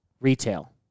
retail